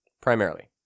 primarily